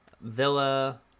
Villa